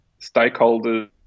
stakeholders